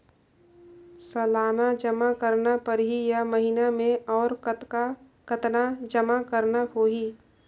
सालाना जमा करना परही या महीना मे और कतना जमा करना होहि?